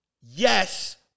Yes